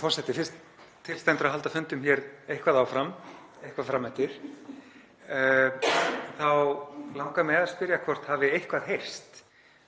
forseti. Fyrst það til stendur að halda fundum hér eitthvað áfram, eitthvað fram eftir, þá langar mig að spyrja hvort eitthvað hafi heyrst